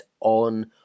on